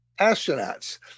astronauts